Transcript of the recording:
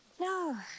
No